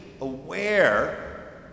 aware